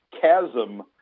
chasm